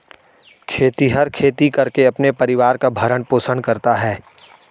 खेतिहर खेती करके अपने परिवार का भरण पोषण करता है